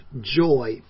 joy